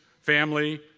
family